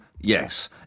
Yes